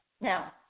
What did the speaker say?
now